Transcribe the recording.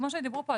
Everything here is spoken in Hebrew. כמו שדיברו פה,